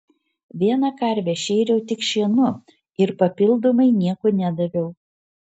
vieną karvę šėriau tik šienu ir papildomai nieko nedaviau